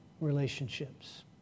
relationships